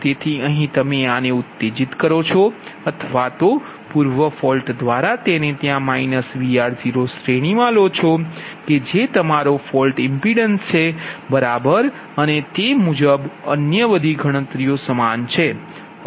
તેથી અહીં તમે આ ને ઉત્તેજીત કરો છો અથવા તો પૂર્વ ફોલ્ટ દ્વારા તેને ત્યાં માઇનસ Vr0 શ્રેણીમાં લો છો કે જે તમારો ફોલ્ટ ઇમ્પિડન્સ છે બરાબર અને તે મુજબ અન્ય બધી ગણતરીઓ સમાન છે